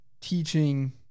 teaching